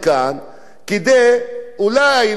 כדי אולי להיטיב אתם,